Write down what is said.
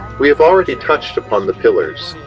we have already touched upon the pillars.